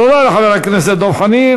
תודה לחבר הכנסת דב חנין.